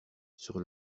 sur